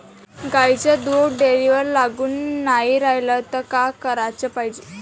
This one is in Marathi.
गाईचं दूध डेअरीवर लागून नाई रायलं त का कराच पायजे?